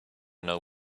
know